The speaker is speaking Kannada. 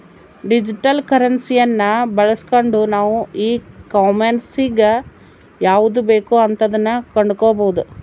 ಡಿಜಿಟಲ್ ಕರೆನ್ಸಿಯನ್ನ ಬಳಸ್ಗಂಡು ನಾವು ಈ ಕಾಂಮೆರ್ಸಿನಗ ಯಾವುದು ಬೇಕೋ ಅಂತದನ್ನ ಕೊಂಡಕಬೊದು